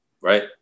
right